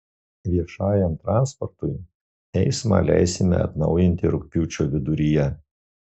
viešajam transportui eismą leisime atnaujinti rugpjūčio viduryje